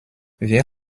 wir